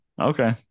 Okay